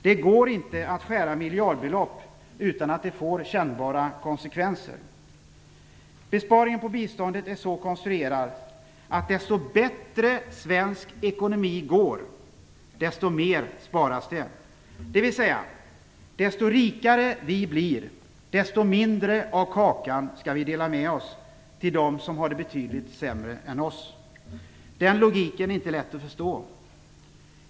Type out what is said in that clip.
Det går inte att skära miljardbelopp utan att det får kännbara konsekvenser. Besparingen på biståndet är så konstruerad att ju bättre svensk ekonomi går, desto mer sparas det. Dvs. ju rikare vi blir, desto mindre av kakan skall vi dela med oss till dem som har det betydligt sämre än vi. Den logiken är inte lätt att förstå.